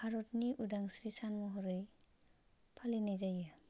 भारतनि उदांस्रि सान महरै फालिनाय जायो